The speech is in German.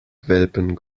welpen